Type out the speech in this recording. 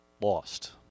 lost